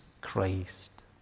Christ